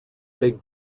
big